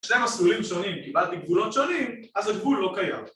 שתי מסלולים שונים, קיבלתי גבולות שונים, אז הגבול לא קיים